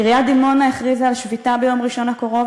עיריית דימונה הכריזה על שביתה ביום ראשון הקרוב,